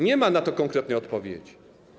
Nie ma na to konkretnej odpowiedzi.